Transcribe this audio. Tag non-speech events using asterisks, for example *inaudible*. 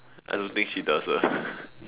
I don't think she does lah *laughs*